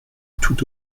tout